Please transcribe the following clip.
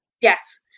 Yes